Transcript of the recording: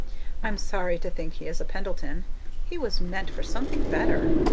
i'm sorry to think he is a pendleton he was meant for something better.